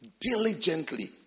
diligently